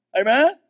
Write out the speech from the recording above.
Amen